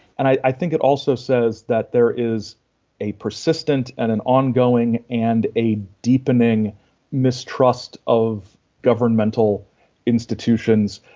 and i think it also says that there is a persistent and an ongoing and a deepening mistrust of governmental institutions,